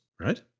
right